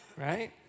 Right